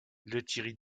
lethierry